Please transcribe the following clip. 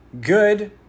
good